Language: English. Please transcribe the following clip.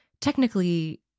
technically